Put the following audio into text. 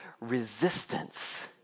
resistance